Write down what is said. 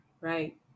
right